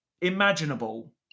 imaginable